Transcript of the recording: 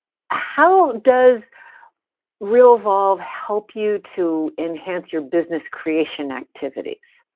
how does realvolve help you to enhance your business creation activities?